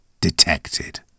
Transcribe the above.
detected